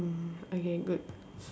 mm okay good